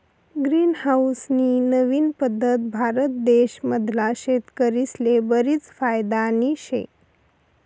green house नी नवीन पद्धत भारत देश मधला शेतकरीस्ले बरीच फायदानी शे